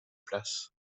places